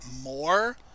more